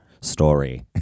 story